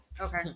Okay